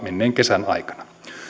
menneen kesän aikana